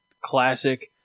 classic